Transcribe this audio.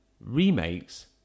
remakes